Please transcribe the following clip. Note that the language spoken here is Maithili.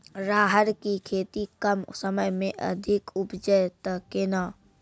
राहर की खेती कम समय मे अधिक उपजे तय केना?